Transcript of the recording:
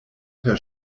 per